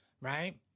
right